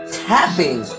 tapping